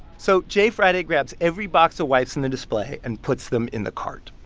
so jay freiday grabs every box of wipes in the display and puts them in the cart.